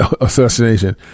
assassination